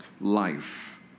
life